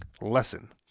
lesson